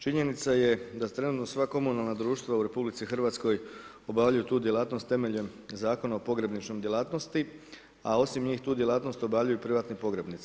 Činjenica je da trenutno sva komunalna društva u RH obavljaju tu djelatnost temeljem Zakona o pogrebničkoj djelatnosti, a osim njih tu djelatnost obavljaju privatni pogrebnici.